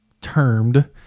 termed